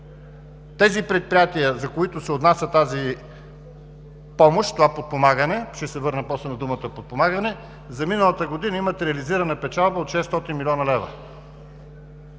тези предприятия, за които се отнася тази помощ, това подпомагане, ще се върна после на думата „подпомагане“, за миналата година имат реализирана печалба от 600 млн. лв.